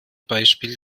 beispiel